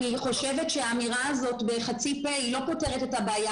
אני חושבת שהאמירה הזאת בחצי פה לא פותרת את הבעיה,